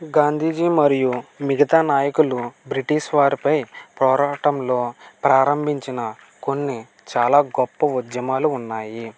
గాంధీజీ మరియు మిగతా నాయకులు బ్రిటిష్ వారిపై పోరాటంలో ప్రారంభించిన కొన్ని చాలా గొప్ప ఉద్యమాలు ఉన్నాయి